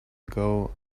ago